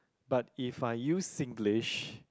but if I use Singlish